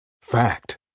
Fact